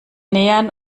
nähern